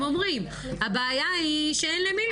אומרים שהבעיה היא שאין למי לפנות.